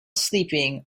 sleeping